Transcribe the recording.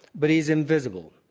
but he's invisible.